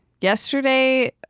Yesterday